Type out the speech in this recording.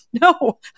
no